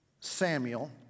Samuel